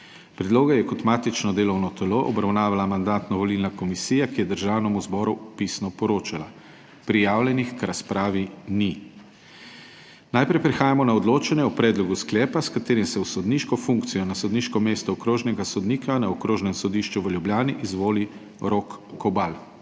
Predlog je kot matično delovno telo obravnavala Mandatno-volilna komisija, ki je Državnemu zboru pisno poročala. Prijavljenih k razpravi ni. Najprej prehajamo na odločanje o predlogu sklepa, s katerim se v sodniško funkcijo na sodniško mesto okrožnega sodnika na Okrožnem sodišču v Ljubljani izvoli Rok Kobal.